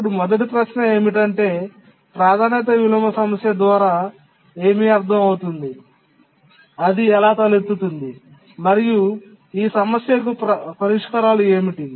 అప్పుడు మొదటి ప్రశ్న ఏమిటంటే ప్రాధాన్యత విలోమ సమస్య ద్వారా ఏమి అర్థం అవుతుంది అది ఎలా తలెత్తుతుంది మరియు ఈ సమస్యకు పరిష్కారాలు ఏమిటి